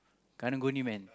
karung-guni man